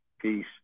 Peace